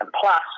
plus